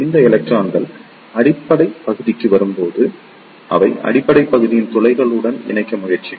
இந்த எலக்ட்ரான்கள் அடிப்படை பகுதிக்கு வரும்போது அவை அடிப்படை பகுதியின் துளைகளுடன் இணைக்க முயற்சிக்கும்